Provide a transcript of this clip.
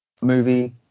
movie